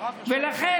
ולכן,